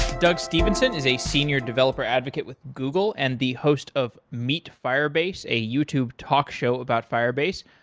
doug stevenson is a senior developer advocate with google and the host of meet firebase, a youtube talk show about firebase.